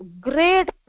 great